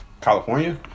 California